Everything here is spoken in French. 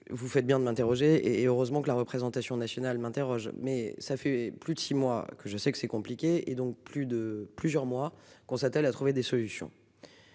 Vous faites bien de m'interroger et heureusement que la représentation nationale m'interroge mais ça fait plus de 6 mois que je sais que c'est compliqué et donc plus de plusieurs mois qu'on s'attelle à trouver des solutions.